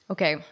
Okay